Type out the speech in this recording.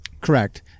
correct